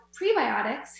prebiotics